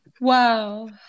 Wow